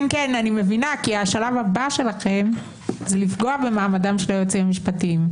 אני מבינה כי השלב הבא שלכם זה לפגוע במעמדם של היועצים המשפטיים.